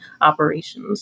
operations